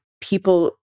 people